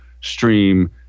Stream